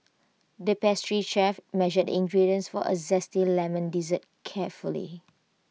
the pastry chef measured ingredients for A Zesty Lemon Dessert carefully